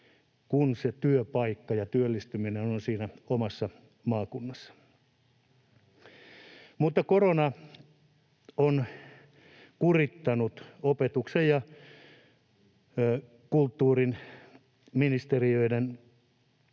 kun se työpaikka ja työllistyminen on siinä omassa maakunnassa. Korona on kurittanut opetuksen ja kulttuurin ministeriön